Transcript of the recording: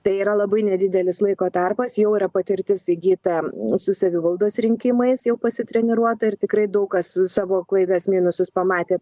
tai yra labai nedidelis laiko tarpas jau yra patirtis įgyta su savivaldos rinkimais jau pasitreniruota ir tikrai daug kas savo klaidas minusus pamatė